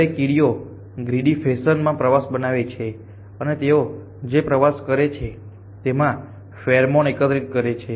દરેક કીડીઓ ગ્રીડી ફેશનમાં પ્રવાસ બનાવે છે અને તેઓ જે પ્રવાસ કરે છે તેમાં ફેરોમોન એકત્રિત કરે છે